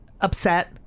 upset